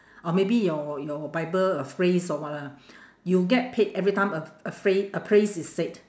or maybe your your bible a phrase or what lah you get paid every time a a phrase a phrase is said